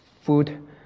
food